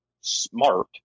smart